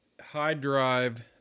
high-drive